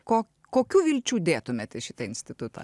ko kokių vilčių dėtumėt į šitą institutą